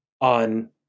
on